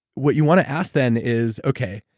what you want to ask them is, okay,